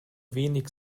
wenige